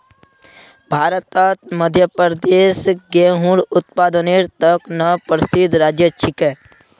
भारतत मध्य प्रदेश गेहूंर उत्पादनेर त न प्रसिद्ध राज्य छिके